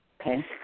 Okay